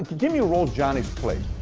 give me roles johnny's played.